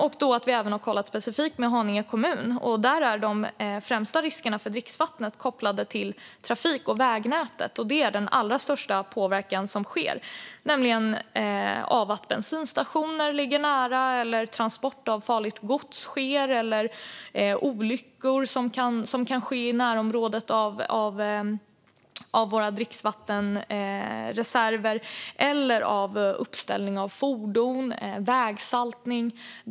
Vi har även kollat specifikt med Haninge kommun. Där är de främsta riskerna för dricksvattnet kopplade till trafiken och vägnätet. Det är den allra största påverkan som sker. Det finns bensinstationer som ligger nära, och det sker transport av farligt gods. Olyckor kan ske i våra dricksvattenreservers närområde. Även uppställning av fordon och vägsaltning nämns.